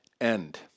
end